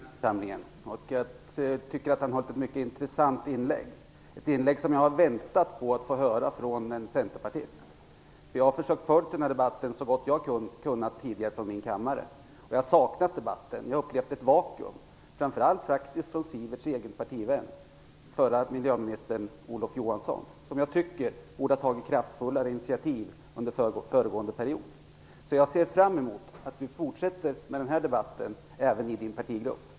Herr talman! Sivert Carlsson är precis som jag ny i den här församlingen. Jag tycker att han hade ett mycket intressant inlägg, ett inlägg som jag har väntat på att få höra från en centerpartist. Jag har försökt föra den här debatten så gott jag har kunnat tidigare från min kammare. Jag har saknat den här debatten - jag har upplevt ett vakuum - framför allt från Sivert Johansson. Han borde ha tagit kraftfullare initiativ under föregående period. Jag ser fram emot att Sivert Carlsson fortsätter med den här debatten även i sin partigrupp.